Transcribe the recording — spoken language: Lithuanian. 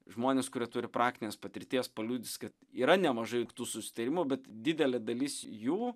žmonės kurie turi praktinės patirties paliudys kad yra nemažai tų susitarimų bet didelė dalis jų